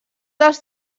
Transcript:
dels